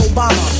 Obama